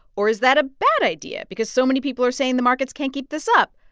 or is that a bad idea? because so many people are saying the markets can't keep this up.